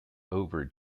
over